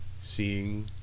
seeing